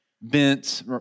bent